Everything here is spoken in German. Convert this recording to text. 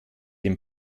dem